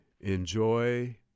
enjoy